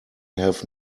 have